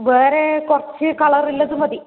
വേറെ കുറച്ചു കളറുള്ളത് മതി